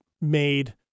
made